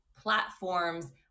platforms